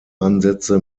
ansätze